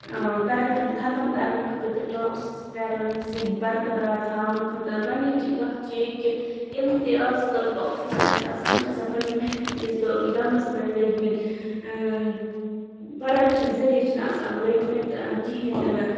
corruption ختم کَرنہٕ خٲطرٕ تہٕ ٹرٛانسپیرَنسی بَرقرار تھاونہٕ خٲطرِ گۄڈنِچی کَتھ چھَ یہِ کہِ یِم تہِ اَز کَلٕکۍ آفِسَر چھِ آسان یِم چھِ آسان پنٛنہِ محنتٕکِس دَمَس پٮ۪ٹھ لٔگمٕتۍ کَرَپشَن ذٔریعہٕ چھِنہٕ آسان یِم لٔگمٕتۍ کِہیٖنۍ تہِ نہٕ